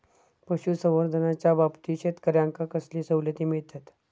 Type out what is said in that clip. पशुसंवर्धनाच्याबाबतीत शेतकऱ्यांका कसले सवलती मिळतत?